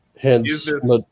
Hence